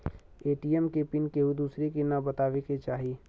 ATM के pin केहू दुसरे के न बताए के चाही